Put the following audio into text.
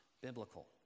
biblical